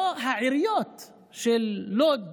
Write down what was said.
העיריות של לוד,